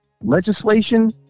Legislation